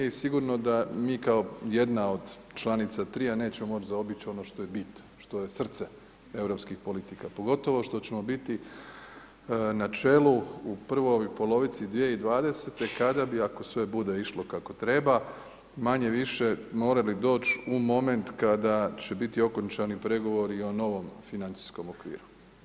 I sigurno da mi kao jedna od članica 3. a nećemo moći zaobići ono što je bit, što je srce europskih politika, pogotovo što ćemo biti na čelu u prvoj polovici 2020. kada bi ako sve bude išlo kako treba, manje-više morali doći u moment kada će biti okončani pregovori o novom financijskom okviru.